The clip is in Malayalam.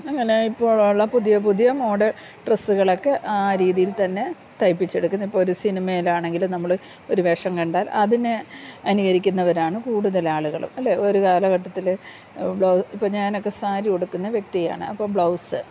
അങ്ങനെ ഇപ്പോഴുള്ള പുതിയ പുതിയ മോഡൺ ഡ്രസ്സുകളൊക്കെ ആ രീതിയിൽ തന്നെ തയ്പ്പിച്ചെടുക്കുന്ന ഇപ്പം ഒരു സിനിമയിലാണെങ്കിൽ നമ്മൾ ഒരു വേഷം കണ്ടാൽ അതിനെ അനുകരിക്കുന്നവരാണ് കൂടുതൽ ആളുകളും അല്ലേ ഒരു കാലഘട്ടത്തിൽ ഇപ്പം ഞാനൊക്കെ സാരി ഉടുക്കുന്ന വ്യക്തിയാണ് അപ്പം ബ്ലൗസ്